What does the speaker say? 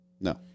No